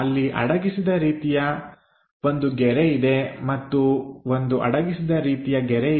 ಅಲ್ಲಿ ಅಡಗಿಸಿದ ರೀತಿಯ ಒಂದು ಗೆರೆ ಇದೆ ಮತ್ತು ಒಂದು ಅಡಗಿಸಿದ ರೀತಿಯ ಗೆರೆ ಇದೆ